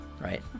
right